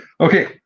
Okay